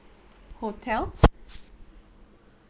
hotel hi